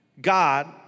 God